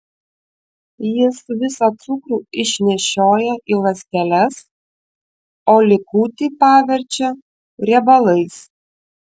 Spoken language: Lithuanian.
jis visą cukrų išnešioja į ląsteles o likutį paverčia riebalais